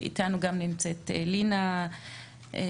נמצאת אתנו גם לינה סאלם.